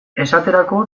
esaterako